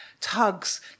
Tugs